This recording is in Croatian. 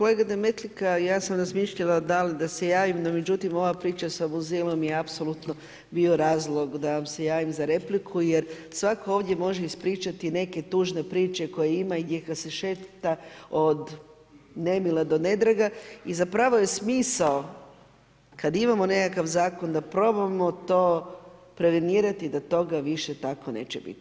Kolega Demetlika, ja sam razmišljala da li da se javim no međutim ova priča sa Muzilom je apsolutno bio razlog da vam se javim za repliku jer svatko ovdje može ispričati neke tužne priče koje ima i gdje se šeta od nemila do nedraga i zapravo je smisao kad imamo nekakav zakon da probamo to prevenirati, da toga više tako neće biti.